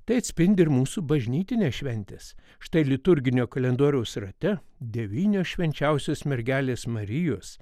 tai atspindi ir mūsų bažnytinės šventės štai liturginio kalendoriaus rate devynios švenčiausios mergelės marijos